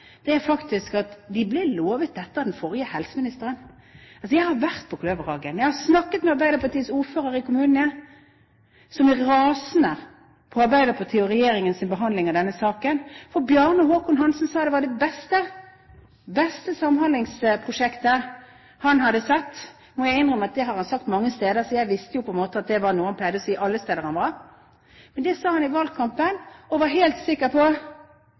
den forrige helseministeren. Jeg har vært på Kløverhagen. Jeg har snakket med Arbeiderpartiets ordfører i kommunen, som er rasende på Arbeiderpartiets og regjeringens behandling av denne saken. Bjarne Håkon Hanssen sa at det var det beste samhandlingsprosjektet han hadde sett. Nå må jeg innrømme at det har han sagt mange steder, så jeg visste jo på en måte at det var noe han pleide å si alle steder han var. Men dette sa han i valgkampen, og han var helt sikker på